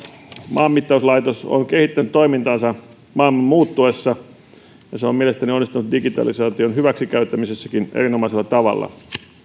maanmittauslaitos on kehittänyt toimintaansa maailman muuttuessa ja se on mielestäni onnistunut digitalisaation hyväksikäyttämisessäkin erinomaisella tavalla